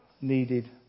needed